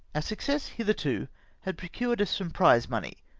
success hitherto had procured us some prize money,